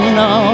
no